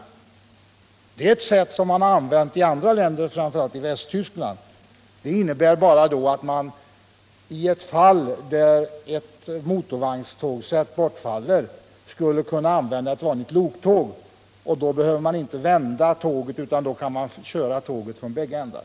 Det är ett sätt som man har prövat i andra länder, framför allt i Västtyskland, och det innebär bara att man i de fall ett motorvagnstågsätt bortfaller kan använda ett vanligt loktåg. Då behöver man inte vända tåget, utan man kan köra tåget från bägge ändar.